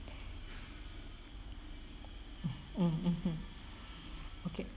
mmhmm okay